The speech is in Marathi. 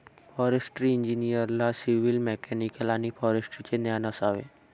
फॉरेस्ट्री इंजिनिअरला सिव्हिल, मेकॅनिकल आणि फॉरेस्ट्रीचे ज्ञान असावे